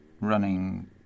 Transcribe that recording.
running